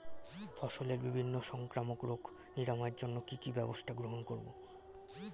ফসলের বিভিন্ন সংক্রামক রোগ নিরাময়ের জন্য কি কি ব্যবস্থা গ্রহণ করব?